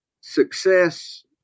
success